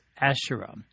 Asherah